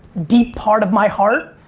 deep, part of my heart,